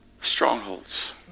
strongholds